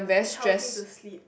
helps me to sleep